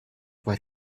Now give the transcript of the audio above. but